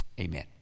Amen